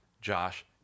josh